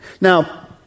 Now